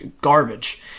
garbage